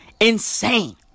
insane